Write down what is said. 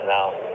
Now